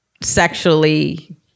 sexually